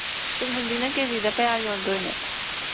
ꯇꯨꯡꯍꯟꯕꯤꯅ K ꯖꯤꯗ ꯀꯌꯥ ꯌꯣꯟꯗꯣꯏꯅꯣ